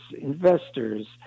investors